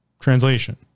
translation